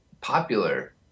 popular